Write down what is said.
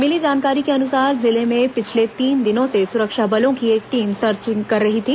मिली जानकारी के अनुसार जिले में पिछले तीन दिनों से सुरक्षा बलों की टीम सर्चिंग कर रही थी